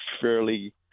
fairly